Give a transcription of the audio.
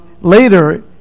later